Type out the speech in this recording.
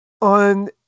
on